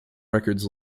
records